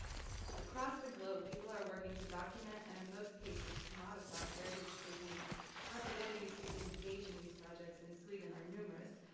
across the globe, people are working to document, and in most cases, commodify, heritage cuisines. possibilities to engage in these projects in sweden are numerous,